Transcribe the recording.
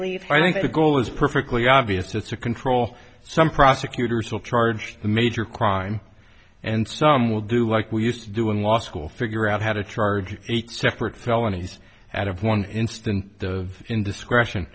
believe i think the goal is perfectly obvious it's a control some prosecutors will charge the major crime and some will do like we used to do in law school figure out how to charge eight separate felonies out of one instant of indiscretion